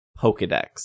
pokedex